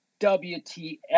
WTF